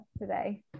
today